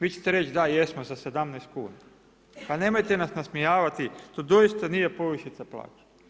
Vi ćete reći da jesmo za 17 kuna. pa nemojte nas nasmijavati, to doista nije povišica plaće.